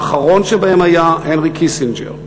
האחרון שבהם היה הנרי קיסינג'ר,